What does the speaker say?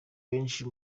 benshi